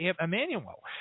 Emmanuel